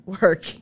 work